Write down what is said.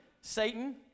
Satan